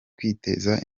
kwiteza